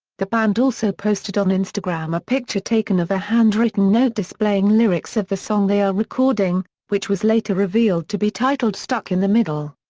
the band also posted on instagram a picture taken of a hand-written note displaying lyrics of the song they are recording, which was later revealed to be titled stuck in the middle.